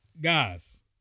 Guys